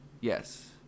Yes